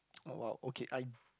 oh !wow! okay I